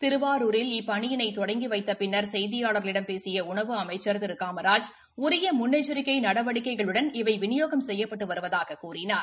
திருவாரூரில் இப்பணியினை தொடங்கி வைத்த பின்னா் செய்தியாளர்களிடம் பேசிய உணவு அமைச்சர் திரு காமராஜ் உரிய முன்னெச்சரிக்கை நடவடிக்கைகளுடன் இவை விநியோகம் செய்யப்பட்டு வருவதாகக் கூறினார்